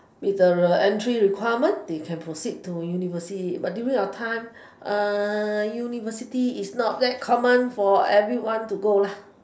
meet the entry requirement they can proceed to university but during our time university is not that common for everyone to go lah